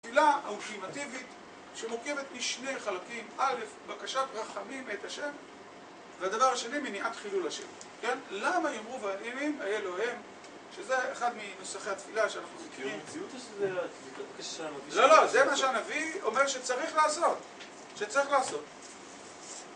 תפילה אולטימטיבית שמורכבת משני חלקים, אלף, בקשת רחמים מאת ה' והדבר השני מניעת חילול ה'. כן? למה יאמרו והאם איה אלוהיהם, שזה אחד מנוסחי התפילה שאנחנו צריכים... לא לא, זה מה שהנביא אומר שצריך לעשות שצריך לעשות